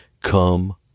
come